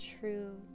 true